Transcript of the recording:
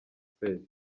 kwezi